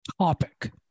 topic